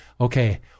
okay